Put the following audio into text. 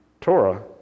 Torah